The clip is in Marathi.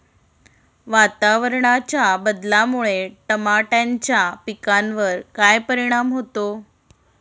वातावरणाच्या बदलामुळे टमाट्याच्या पिकावर काय परिणाम होतो?